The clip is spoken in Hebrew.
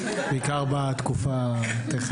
בעיקר בתקופה הזאת.